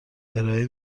ارائه